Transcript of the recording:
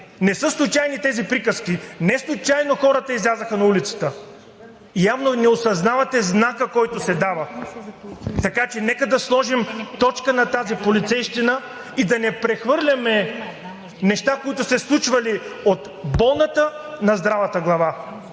Не са случайни тези приказки. Неслучайно хората излязоха на улицата. Явно не осъзнавате знака, който се дава. Така че нека да сложим точка на тази полицейщина и да не прехвърляме неща, които са се случвали, от болната на здравата глава.